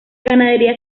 ganadería